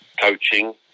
coaching